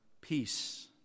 peace